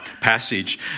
passage